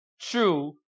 true